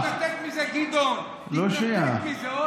אתה לא מתנתק מזה, גדעון, תתנתק מזה.